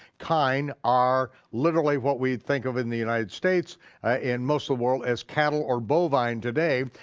kine are literally what we'd think of in the united states and most of the world as cattle or bovine today.